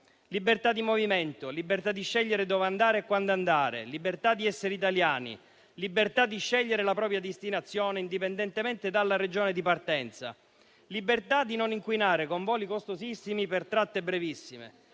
libertà di movimento, libertà di scegliere dove andare e quando andare, libertà di essere italiani, libertà di scegliere la propria destinazione indipendentemente dalla Regione di partenza, libertà di non inquinare con voli costosissimi per tratte brevissime,